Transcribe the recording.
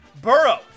Burrow